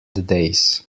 days